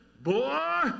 boy